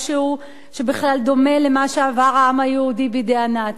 שבכלל דומה למה שעבר העם היהודי בידי הנאצים,